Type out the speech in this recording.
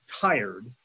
tired